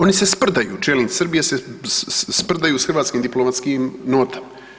Oni se sprdaju, čelnik Srbije se sprdaju s hrvatskim diplomatskim notama.